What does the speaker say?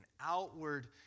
outward